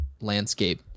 landscape